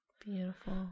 Beautiful